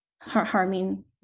harming